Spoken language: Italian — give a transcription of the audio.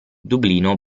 dublino